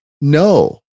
no